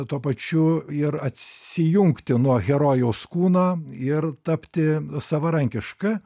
tuo pačiu ir atsijungti nuo herojaus kūno ir tapti savarankiška